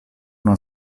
una